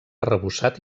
arrebossat